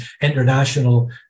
international